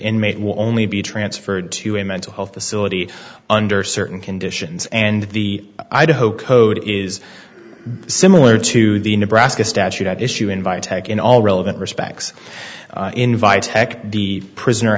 inmate will only be transferred to a mental health facility under certain conditions and the idaho code is similar to the nebraska statute at issue invite attack in all relevant respects invite the prisoner